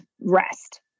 rest